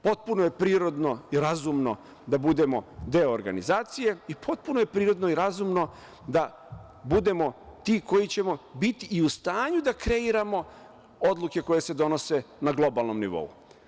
Potpuno je prirodno i razumno da budemo deo organizacije i potpuno je prirodno i razumno da budemo ti koji ćemo biti i u stanju da kreiramo odluke koje se donose na globalnom nivou.